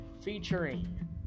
featuring